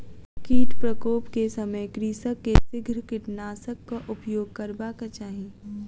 कीट प्रकोप के समय कृषक के शीघ्र कीटनाशकक उपयोग करबाक चाही